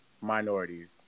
minorities